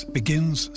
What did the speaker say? begins